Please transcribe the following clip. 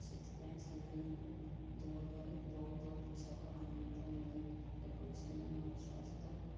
ସେଥିପାଇଁ ସେମାନଙ୍କୁ ଦୌଡ଼ିବାରେ ବହୁତ ଉତ୍ସବ ଆନନ୍ଦିତ ମିଳେ ଏବଂ ସେମାନଙ୍କର ସ୍ୱାସ୍ଥ୍ୟ